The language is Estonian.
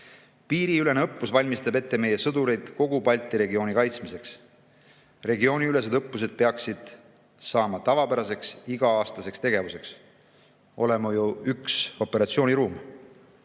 Piiriülene õppus valmistab meie sõdureid ette kogu Balti regiooni kaitsmiseks. Regiooniülesed õppused peaksid saama tavapäraseks iga-aastaseks tegevuseks, oleme ju üks operatsiooniruum.